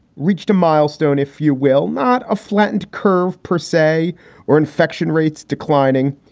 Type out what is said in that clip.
reached a milestone, if you will, not a flattened curve. persay or infection rates declining.